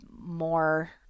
more